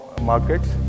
markets